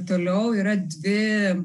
toliau yra dvi